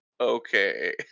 okay